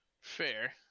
Fair